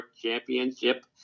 championship